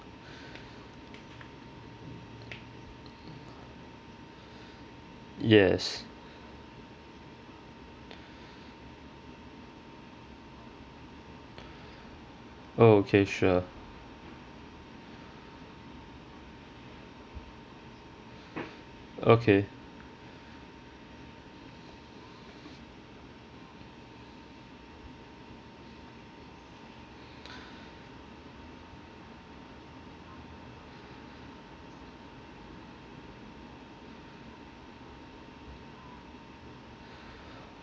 yes okay sure okay